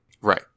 Right